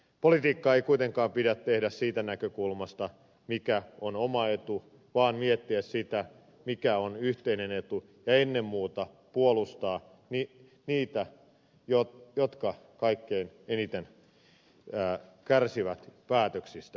politiikkaa ei kuitenkaan pidä tehdä siitä näkökulmasta mikä on oma etu vaan tulee miettiä sitä mikä on yhteinen etu ja ennen muuta puolustaa niitä jotka kaikkein eniten kärsivät päätöksistä